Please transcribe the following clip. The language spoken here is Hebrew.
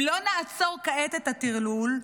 אם לא נעצור כעת את הטרלול,